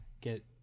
get